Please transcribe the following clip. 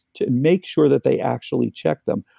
to and make sure that they actually check them.